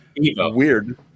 weird